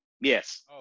Yes